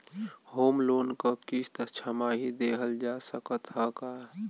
Home loan क किस्त छमाही देहल जा सकत ह का?